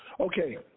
Okay